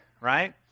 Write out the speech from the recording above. right